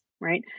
right